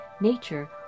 nature